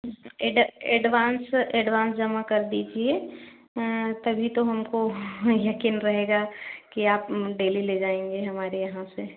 add advance advance जमा कर दीजिए तभी तो हमको यक़ीन रहेगा कि आप डेली ले जाएँगे हमारे यहाँ से